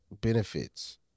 benefits